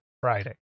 Friday